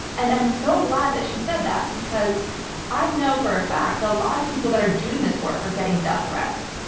and i'm so glad that she said that, because i know for a fact that and a lot of people that are doing this work are getting death threats,